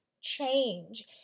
change